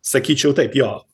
sakyčiau taip jo